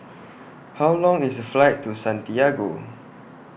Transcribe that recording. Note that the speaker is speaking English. How Long IS The Flight to Santiago